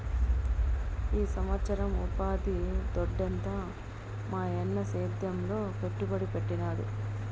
ఈ సంవత్సరం ఉపాధి దొడ్డెంత మాయన్న సేద్యంలో పెట్టుబడి పెట్టినాడు